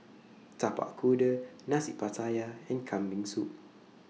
Tapak Kuda Nasi Pattaya and Kambing Soup